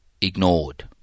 ignored